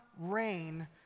rain